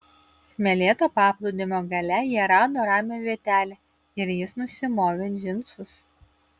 smėlėto paplūdimio gale jie rado ramią vietelę ir jis nusimovė džinsus